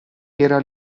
era